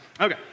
okay